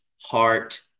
heart